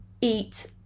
eat